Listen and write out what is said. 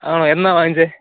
ആണോ എന്നാണ് വാങ്ങിച്ചത്